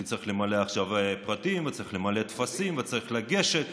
כי צריך למלא עכשיו פרטים וצריך למלא טפסים וצריך לגשת,